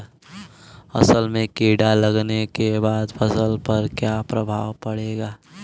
असल में कीड़ा लगने के बाद फसल पर क्या प्रभाव पड़ेगा?